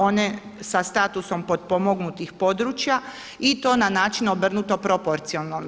One sa statusom potpomognutih područja i to na način obrnuto proporcionalno.